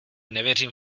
nevěřím